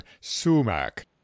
SUMAC